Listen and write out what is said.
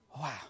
Wow